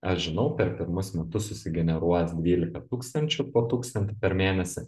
aš žinau per pirmus metus susigeneruos dvylika tūkstančių po tūkstantį per mėnesį